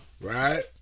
right